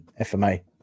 fma